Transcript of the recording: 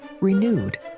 renewed